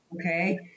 okay